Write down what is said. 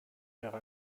wäre